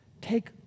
take